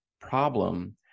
problem